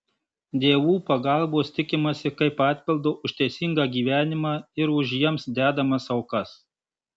dievų pagalbos tikimasi kaip atpildo už teisingą gyvenimą ir už jiems dedamas aukas